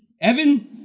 Evan